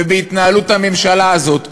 ובהתנהלות הממשלה הזאת,